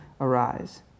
arise